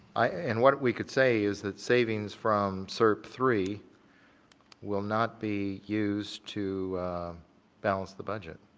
in what we could say is that savings from srp three will not be used to balance the budget